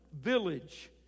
village